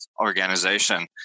organization